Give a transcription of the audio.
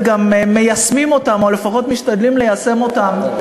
וגם מיישמים אותם או לפחות משתדלים ליישם אותם,